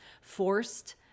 forced